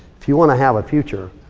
if you wanna have a future,